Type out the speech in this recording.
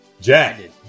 Jack